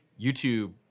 YouTube